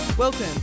Welcome